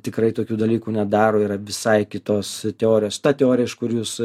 tikrai tokių dalykų nedaro yra visai kitos teorijos ta teorija iš kur jūs